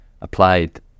applied